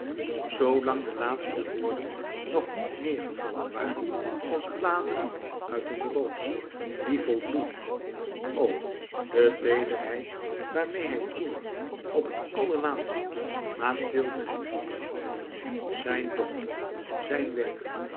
zoolang de laatste woorden nog niet neêrgevallen waren als bladeren uit een roos die is volbloeid o de teederheid waarmeê hij toen nog op het louis couperus metamorfoze allerlaatst mathilde lief had gehad zijn dochter zijn werk